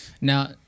Now